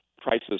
prices